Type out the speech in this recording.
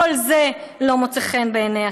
כל זה לא מוצא חן בעיני הציבור,